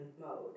mode